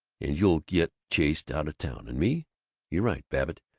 and you'll get chased out of town. and me you're right, babbitt,